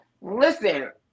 Listen